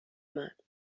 اومد